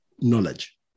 knowledge